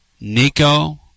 Nico